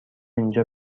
اینجا